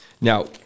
Now